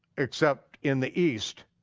except in the east,